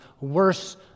worse